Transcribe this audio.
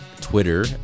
twitter